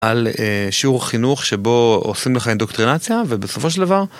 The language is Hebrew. על שיעור חינוך שבו עושים לך אינדוקטרנציה ובסופו של דבר.